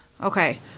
Okay